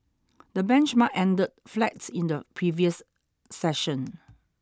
the benchmark ended flat in the previous session